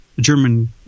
German